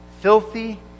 filthy